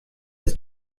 ist